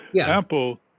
Apple